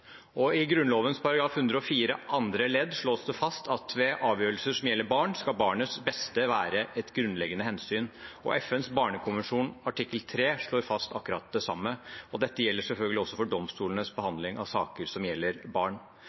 I Grunnloven § 104, andre ledd, slås det fast at ved avgjørelser som gjelder barn, skal barnets beste være et grunnleggende hensyn. FNs barnekonvensjon artikkel 3 slår fast akkurat det samme. Dette gjelder selvfølgelig også for domstolenes behandling av saker som gjelder barn.